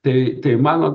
tai tai mano